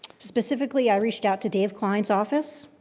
specifically, i reached out to dave klein's office.